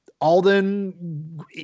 Alden